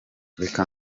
reka